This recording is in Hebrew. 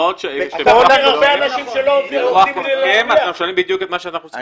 אנחנו משלמים בדיוק את מה שאנחנו צריכים לשלם.